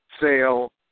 sale